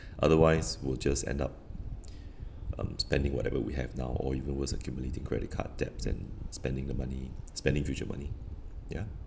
otherwise we'll just end up um spending whatever we have now or even worse accumulating credit card debts and spending the money spending future money ya